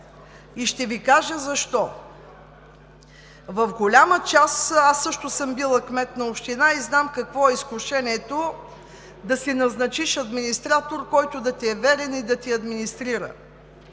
И ще Ви кажа защо. Аз също съм била кмет на община и знам какво е изкушението да си назначиш администратор, който да ти е верен и да ти администрира,